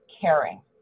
caring